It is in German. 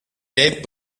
gelb